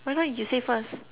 why don't you say first